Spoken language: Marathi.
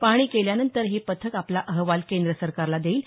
पाहणी केल्यानंतर हे पथक आपला अहवाल केंद्र सरकारला देईल